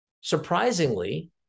Surprisingly